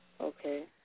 Okay